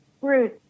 Bruce